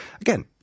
again